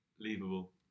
Unbelievable